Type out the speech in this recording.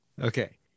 Okay